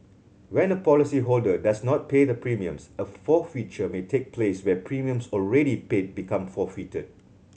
when a policyholder does not pay the premiums a forfeiture may take place where premiums already paid become forfeited